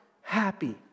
happy